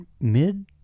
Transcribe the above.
mid